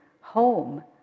home